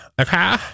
Okay